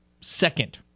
second